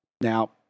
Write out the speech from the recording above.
Now